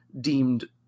deemed